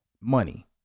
money